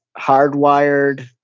Hardwired